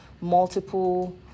multiple